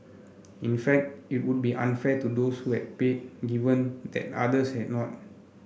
in fact it would be unfair to those way paid given that others had not